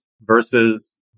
versus